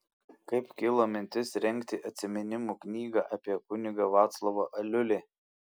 kaip kilo mintis rengti atsiminimų knygą apie kunigą vaclovą aliulį